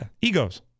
egos